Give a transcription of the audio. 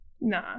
nah